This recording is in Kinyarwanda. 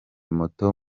moto